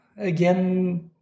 Again